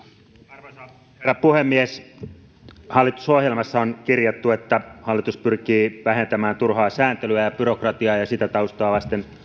arvoisa herra puhemies hallitusohjelmaan on kirjattu että hallitus pyrkii vähentämään turhaa sääntelyä ja byrokratiaa ja sitä taustaa vasten